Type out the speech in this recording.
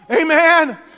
Amen